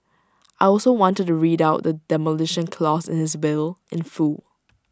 I also wanted to read out the Demolition Clause in his will in full